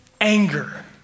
anger